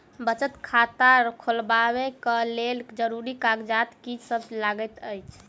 बचत खाता खोलाबै कऽ लेल जरूरी कागजात की सब लगतइ?